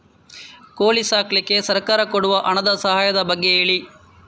ಕೋಳಿ ಸಾಕ್ಲಿಕ್ಕೆ ಸರ್ಕಾರ ಕೊಡುವ ಹಣದ ಸಹಾಯದ ಬಗ್ಗೆ ಹೇಳಿ